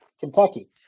kentucky